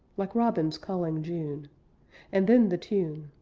like robins calling june and then the tune